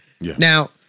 Now